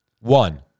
one